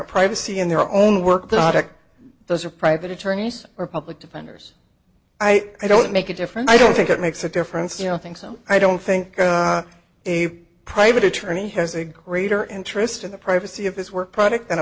privacy in their own work the tech those are private attorneys are public defenders i don't make a difference i don't think it makes a difference you know i think so i don't think a private attorney has a greater interest in the privacy of his work product and a